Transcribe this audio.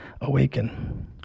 awaken